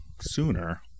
sooner